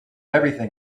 everything